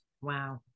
Wow